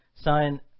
sign